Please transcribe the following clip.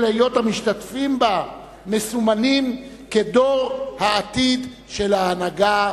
היות המשתתפים בה מסומנים כדור העתיד של ההנהגה